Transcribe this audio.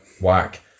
whack